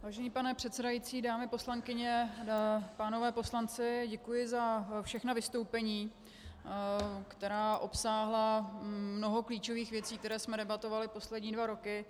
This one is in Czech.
Vážený pane předsedající, dámy poslankyně, páni poslanci, děkuji za všechna vystoupení, která obsáhla mnoho klíčových věcí, které jsme debatovali poslední dva roky.